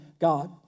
God